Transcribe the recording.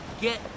get